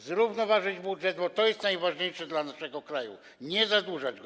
Zrównoważyć budżet, bo to jest najważniejsze dla naszego kraju, nie zadłużać go.